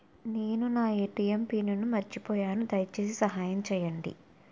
నేను నా ATM pin మర్చిపోయాను, దయచేసి సహాయం చేయండి